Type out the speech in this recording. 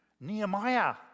Nehemiah